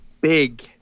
Big